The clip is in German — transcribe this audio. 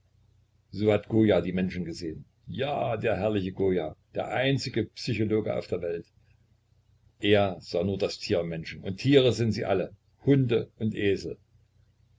goya die menschen gesehen ja der herrliche goya der einzige psychologe auf der welt er sah nur das tier im menschen und tiere sind sie alle hunde und esel